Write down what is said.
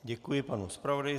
Děkuji panu zpravodaji.